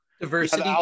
Diversity